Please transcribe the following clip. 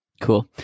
Cool